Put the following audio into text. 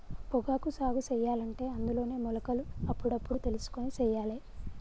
పొగాకు సాగు సెయ్యలంటే అందులోనే మొలకలు అప్పుడప్పుడు తెలుసుకొని సెయ్యాలే